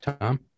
Tom